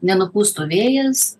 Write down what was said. nenupūstų vėjas